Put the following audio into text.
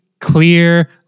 clear